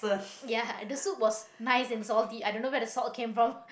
ya the soup was nice and salty i don't know where the salt came from